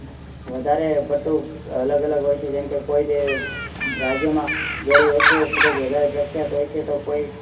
વધારે પડતું અલગ અલગ હોય છે જેમકે કોઈ રાજ્યમાં ઘણી વસ્તુઓ ખૂબ જ વધારે પ્રખ્યાત હોય છે તો કોઈ